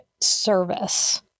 service